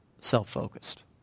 self-focused